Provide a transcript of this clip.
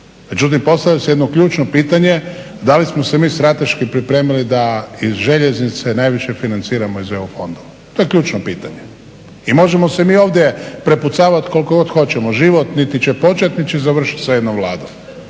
Međutim, postavlja se jedno ključno pitanje da li smo se mi strateški pripremili da željeznice najviše financiramo iz EU fondova. To je ključno pitanje. I možemo se mi ovdje prepucavati koliko god hoćemo, život niti će početi niti će završiti sa jednom Vladom.